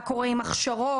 מה קורה עם הכשרות,